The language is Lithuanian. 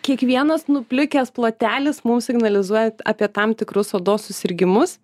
kiekvienas nuplikęs plotelis mum signalizuoja apie tam tikrus odos susirgimus